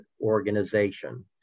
organization